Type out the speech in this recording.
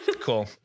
Cool